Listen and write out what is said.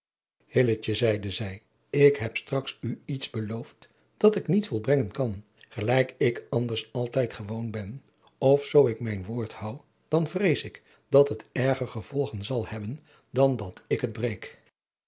zeide zij ik heb straks u iets beloofd dat ik niet volbrengen kan gelijk ik anders altijd gewoon ben of zoo ik mijn woord hoû dan vrees ik dat het erger gevolgen zal hebben dan dat ik het breek